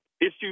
issues